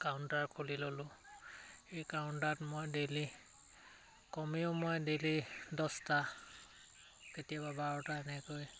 counter খুলি ল'লোঁ সেই কাউণ্টাৰত মই ডেইলি কমেও মই ডেইলি দছটা কেতিয়াবা বাৰটা এনেকৈ